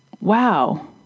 wow